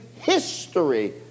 history